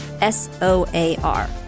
S-O-A-R